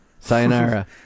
Sayonara